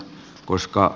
käsittelyä